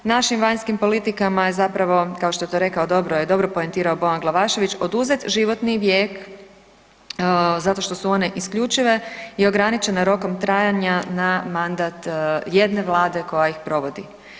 Našim vanjskim politikama je zapravo, kao što je to rekao, dobro je poentirao Bojan Glavašević, oduzeti životni vijek zato što su one isključive je ograničena rokom trajanja na mandat jedne vlade koja ih provodi.